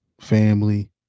family